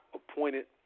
appointed